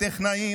טכנאים,